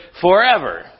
forever